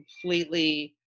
completely